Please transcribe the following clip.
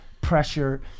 pressure